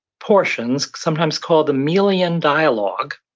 portions, sometimes called the melian dialogue,